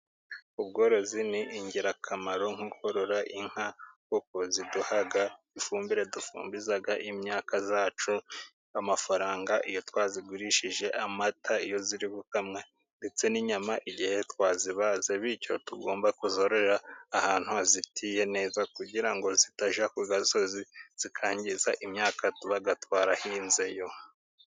Ubworozi ni ingirakamaro nko korora inka kuko ziduha ifumbire dufumbiza imyaka yacu, amafaranga iyo twazigurishije, amata iyo ziri gukamwa ndetse n'inyama igihe twazibaze; bityo tugomba kuzororera ahantu hazitiye neza kugira ngo zitajya ku gasozi zikangiza imyaka tuba twarahinzemo